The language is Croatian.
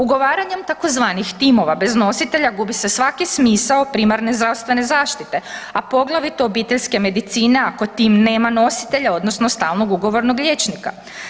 Ugovaranjem tzv. timova bez nositelja gubi se svaki smisao primarne zdravstvene zaštite a poglavito obiteljske medicine ako tim nema nositelja odnosno stalno ugovornog liječnika.